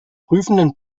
prüfenden